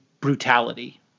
brutality